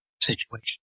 situation